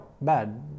bad